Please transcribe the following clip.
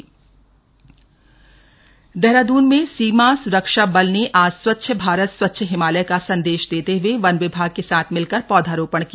स्वच्छ भारत स्वच्छ हिमालय देहरादून में सीमा सुरक्षा बल ने आज स्वच्छ भारत स्वच्छ हिमालय का संदेश देते हुए वन विभाग के साथ मिलकर पौधरोपण किया